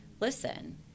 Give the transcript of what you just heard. listen